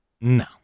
No